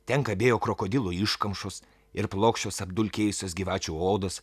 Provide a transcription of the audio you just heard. ten kabėjo krokodilų iškamšos ir plokščios apdulkėjusios gyvačių odos